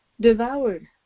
devoured